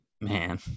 Man